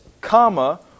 comma